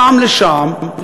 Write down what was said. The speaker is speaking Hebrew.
פעם לשם,